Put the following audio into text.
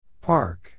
Park